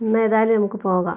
ഇന്നേതായാലും നമുക്ക് പോകാം